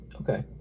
Okay